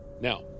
Now